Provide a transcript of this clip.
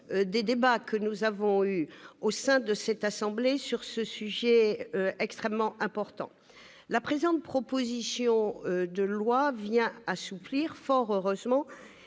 des débats que nous avons consacrés, au sein de la Haute Assemblée, à ce sujet extrêmement important. La présente proposition de loi vient assouplir, fort heureusement,